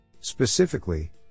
Specifically